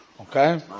okay